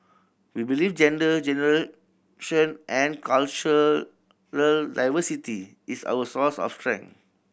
we believe gender generation and cultural diversity is our source of strength